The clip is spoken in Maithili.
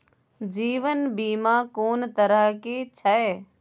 जीवन बीमा कोन तरह के छै?